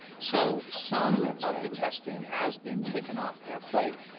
so some of the testing has been taken off their plate.